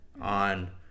on